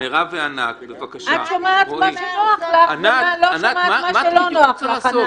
--- את שומעת מה שנוח לך ואת לא שומעת מה שלא נוח לך.